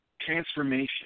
transformation